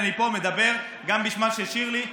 אני פה מדבר גם בשמה של שירלי,